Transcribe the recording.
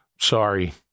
sorry